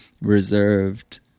reserved